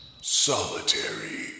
Solitary